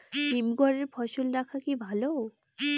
হিমঘরে ফসল রাখা কি ভালো?